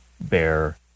bear